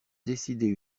décider